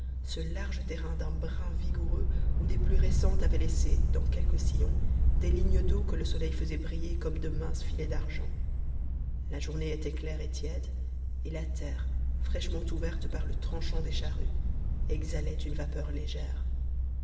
ce large terrain d'un brun vigoureux où des pluies récentes avaient laissé dans quelques sillons des lignes d'eau que le soleil faisait briller comme de minces filets d'argent la journée était claire et tiède et la terre fraîchement ouverte par le tranchant des charrues exhalait une vapeur légère